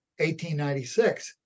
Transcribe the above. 1896